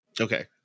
Okay